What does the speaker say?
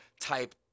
type